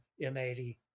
M80